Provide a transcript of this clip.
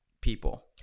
people